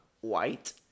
white